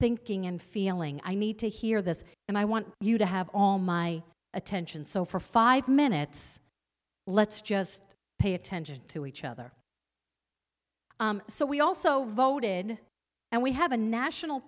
thinking and feeling i need to hear this and i want you to have my attention so for five minutes let's just pay attention to each other so we also voted and we have a national